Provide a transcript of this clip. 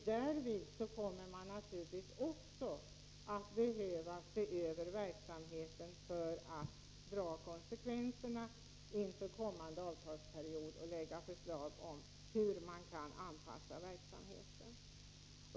Därvid kommer man naturligtvis också att behöva se över verksamheten för att dra konsekvenserna inför kommande avtalsperiod och lägga fram förslag till hur man skall kunna anpassa verksamheten.